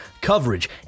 coverage